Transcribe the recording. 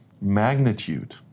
magnitude